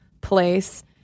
place